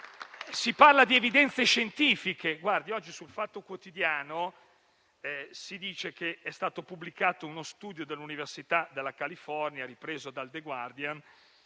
Si parla di evidenze scientifiche: oggi su «il Fatto Quotidiano» è stato pubblicato uno studio dell'università della California ripreso da «The Guardian»